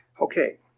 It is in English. Okay